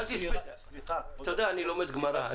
אתה יודע, אני לומד בגמרא.